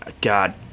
God